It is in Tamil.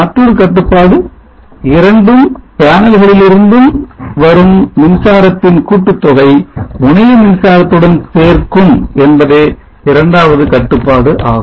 மற்றொரு கட்டுப்பாடு இரண்டும் பேனல்களில் இருந்தும் வரும் மின்சாரத்தின் கூட்டுத்தொகை முனையமின்சாரத்துடன் சேர்க்கும் என்பதே இரண்டாவது கட்டுப்பாடு ஆகும்